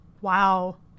Wow